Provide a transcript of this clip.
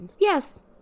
Yes